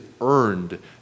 earned